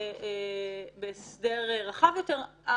בהסדר רחב יותר.